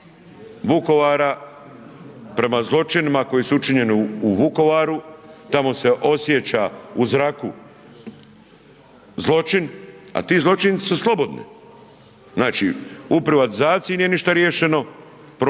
Vukovara prema zločinima koji su učinjeni u Vukovaru. Tamo se osjeća u zraku zločin, a ti zločinci su slobodni. Znači u privatizaciji ništa nije riješeno